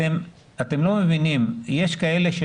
אתם לא מבינים, יש כאלה,